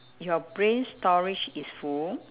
your brain storage is full